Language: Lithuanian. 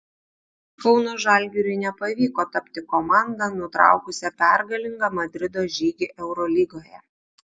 kauno žalgiriui nepavyko tapti komanda nutraukusia pergalingą madrido žygį eurolygoje